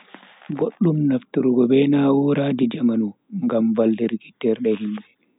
Boddum nafturgo be na'uraji jamanu ngam vallirki terde himbe.